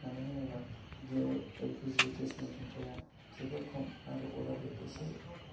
मानो होनोब्ला gas L P G गेसनि दुंथाया जोबोर खम आरो अराबो एसे